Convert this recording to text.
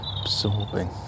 absorbing